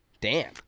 Dan